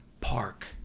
park